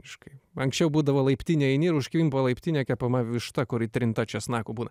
aš kai anksčiau būdavo laiptine eini ir užkvimpa laiptinė kepama višta kuri trinta česnaku būna